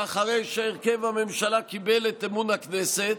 ואחרי שהרכב הממשלה קיבל את אמון הכנסת,